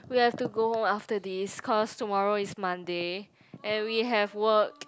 we have to go home after this cause tomorrow is Monday and we have work